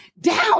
down